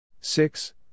Six